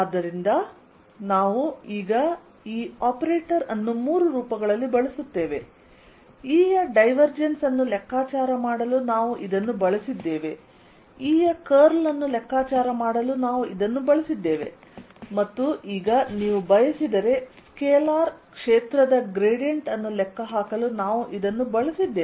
ಆದ್ದರಿಂದ ನಾವು ಈಗ ಈ ಆಪರೇಟರ್ ಅನ್ನು ಮೂರು ರೂಪಗಳಲ್ಲಿ ಬಳಸುತ್ತೇವೆ E ಯ ಡೈವರ್ಜೆನ್ಸ್ ಅನ್ನು ಲೆಕ್ಕಾಚಾರ ಮಾಡಲು ನಾವು ಇದನ್ನು ಬಳಸಿದ್ದೇವೆ E ಯ ಕರ್ಲ್ ಅನ್ನು ಲೆಕ್ಕಾಚಾರ ಮಾಡಲು ನಾವು ಇದನ್ನು ಬಳಸಿದ್ದೇವೆ ಮತ್ತು ಈಗ ನೀವು ಬಯಸಿದರೆ ಸ್ಕೇಲಾರ್ ಕ್ಷೇತ್ರದ ಗ್ರೇಡಿಯಂಟ್ ಅನ್ನು ಲೆಕ್ಕಹಾಕಲು ನಾವು ಇದನ್ನು ಬಳಸಿದ್ದೇವೆ